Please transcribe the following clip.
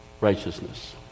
righteousness